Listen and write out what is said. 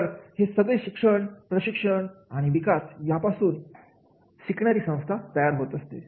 तर हे सगळे शिक्षण प्रशिक्षण आणि विकास यापासून चुकणारी संस्था तयार होत असते